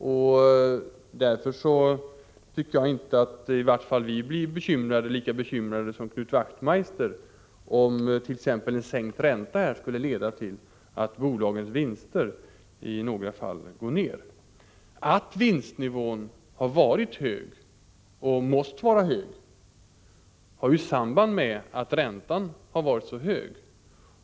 Vi blir därför inte lika bekymrade som Knut Wachtmeister om t.ex. en sänkt ränta skulle leda till att bolagens vinster i några fall går ner. Att vinstnivån har varit hög och har måst vara hög har ju samband med att räntan har varit så hög.